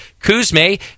Kuzme